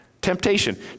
Temptation